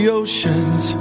oceans